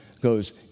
goes